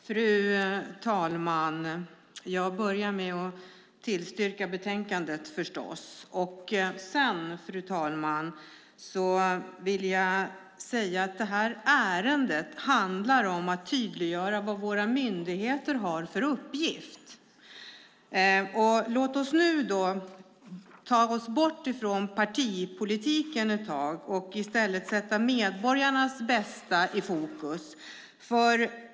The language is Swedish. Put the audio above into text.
Fru talman! Jag börjar med att tillstyrka betänkandet. Detta ärende handlar om att tydliggöra vad våra myndigheter har för uppgift. Låt oss nu ta oss bort från partipolitiken ett tag och i stället sätta medborgarnas bästa i fokus.